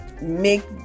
make